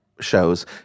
shows